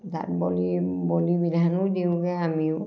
তাত বলি বলি বিধানো দিওঁগৈ আমিও